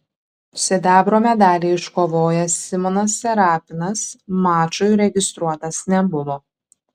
sidabro medalį iškovojęs simonas serapinas mačui registruotas nebuvo